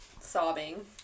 sobbing